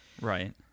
Right